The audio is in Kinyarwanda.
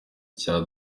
cya